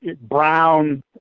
brown